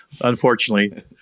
unfortunately